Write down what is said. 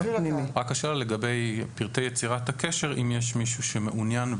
אני רק שואל לגבי פרטי יצירת הקשר אם יש מישהו שמעוניין,